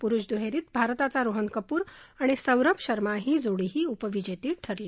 पुरुष दुहेरीत भारताचा रोहन कपूर आणि सौरभ शर्मा ही जोडीही उपविजेती ठरली